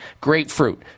grapefruit